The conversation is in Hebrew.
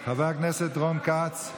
חבר הכנסת רון כץ,